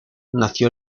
nació